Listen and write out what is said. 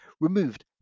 removed